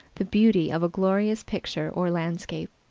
the beauty of a glorious picture or landscape.